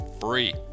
free